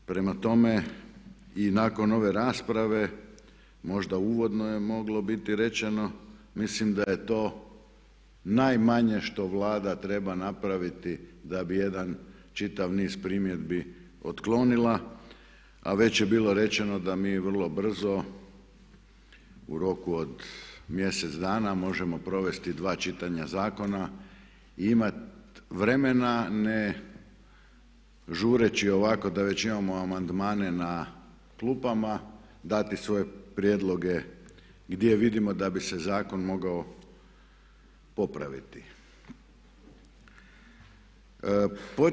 Prema tome i nakon ove rasprave možda uvodno je moglo biti rečeno, mislim da je to najmanje što Vlada treba napraviti da bi jedan čitav niz primjedbi otklonila a već je bilo rečeno da mi vrlo brzo u roku od mjesec dana možemo provesti 2 čitanja zakona i imati vremena ne žureći ovako da već imamo amandmane na klupama dati svoje prijedloge gdje vidimo da bi se zakon mogao popraviti.